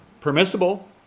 Permissible